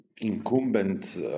incumbent